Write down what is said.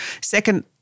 Second